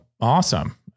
awesome